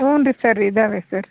ಹೂನ್ರೀ sir ಇದ್ದಾವೆ sir